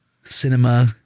cinema